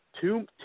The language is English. two